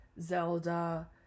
zelda